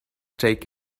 take